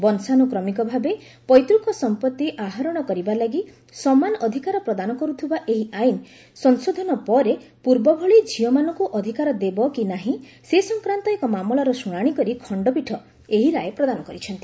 ବଂଶାନୁକ୍ରମିକ ଭାବେ ପୈତୃକ ସମ୍ପତ୍ତି ଆହରଣ କରିବା ଲାଗି ସମାନ ଅଧିକାର ପ୍ରଦାନ କରୁଥିବା ଏହି ଆଇନ ସଂଶୋଧନ ପରେ ପୂର୍ବଭଳି ଝିଅମାନଙ୍କୁ ଅଧିକାର ଦେବ କି ନାହିଁ ସେ ସଂକ୍ରାନ୍ତ ଏକ ମାମଲାର ଶୁଣାଣି କରି ଖଣ୍ଡପୀଠ ଏହି ରାୟ ପ୍ରଦାନ କରିଛନ୍ତି